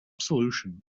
solution